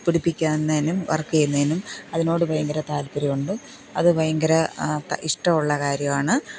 പിടിപ്പിക്കുന്നതിനും work ചെയ്യുന്നതിനും അതിനോട് ഭയങ്കര താല്പ്പര്യമുണ്ട് അത് ഭയങ്കര ഇഷ്ടമുള്ള കാര്യമാണ്